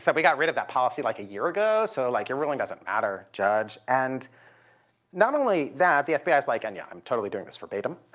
so we got rid of that policy like a year ago, so, like, your ruling doesn't matter, judge. and not only that, the fbi is like and yeah, i'm totally doing this verbatim